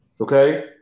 okay